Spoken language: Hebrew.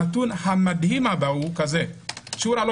הנתון המדהים הבא הוא כזה: שיעור הלא